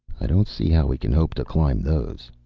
i don't see how we can hope to climb those,